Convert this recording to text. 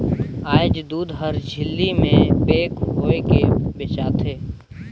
आयज दूद हर झिल्ली में पेक होयके बेचा थे